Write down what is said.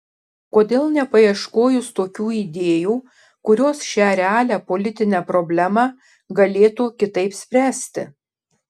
kodėl nepaieškojus tokių idėjų kurios šią realią politinę problemą galėtų kitaip spręsti